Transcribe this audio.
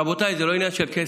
רבותיי, זה לא עניין של כסף,